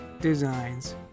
designs